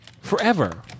forever